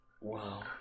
Wow